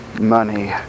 Money